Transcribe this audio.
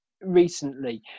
recently